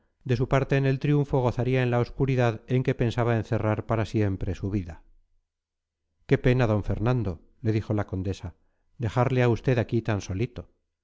de su parte en el triunfo gozaría en la obscuridad en que pensaba encerrar para siempre su vida qué pena d fernando le dijo la condesa dejarle a usted aquí tan solito